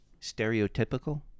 stereotypical